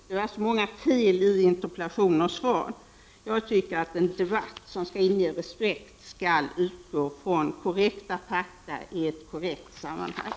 Det var så många fel i interpellationerna och i svaret. Jag tycker att en debatt som skall inge respekt skall utgå från korrekta fakta i ett korrekt sammanhang.